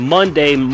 Monday